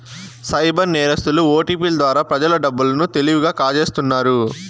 cyber నేరస్తులు ఓటిపిల ద్వారా ప్రజల డబ్బు లను తెలివిగా కాజేస్తున్నారు